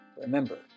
Remember